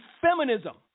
feminism